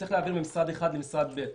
וצריך להעביר ממשרד אחד למשרד אחר.